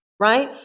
Right